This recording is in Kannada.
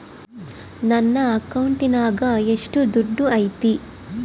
ನನ್ನ ಅಕೌಂಟಿನಾಗ ಎಷ್ಟು ದುಡ್ಡು ಐತಿ?